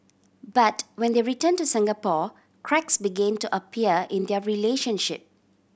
but when they return to Singapore cracks begin to appear in their relationship